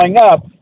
up